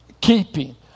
Keeping